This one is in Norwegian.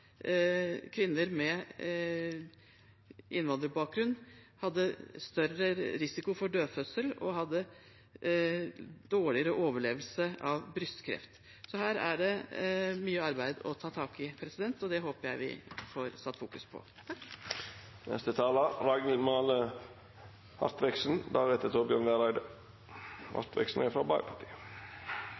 kvinner med innvandrerbakgrunn hadde større risiko for dødfødsel og dårligere overlevelse av brystkreft. Så her er det mye arbeid å ta tak i, og det håper jeg vi får fokusert på. Først takk